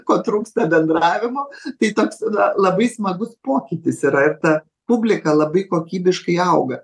ko trūksta bendravimo tai toks tada labai smagus pokytis yra ir ta publika labai kokybiškai auga